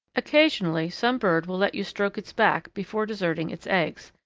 occasionally some bird will let you stroke its back before deserting its eggs,